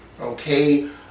Okay